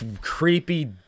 creepy